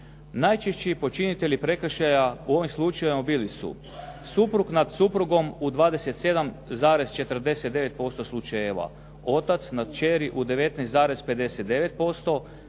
Najčešći počinitelji prekršaja u ovim slučajevima bili su suprug nad suprugom u 27,49% slučajeva, otac nad kćeri u 19,59%,